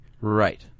Right